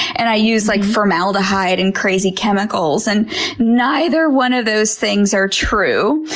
and i use like formaldehyde and crazy chemicals. and neither one of those things are true!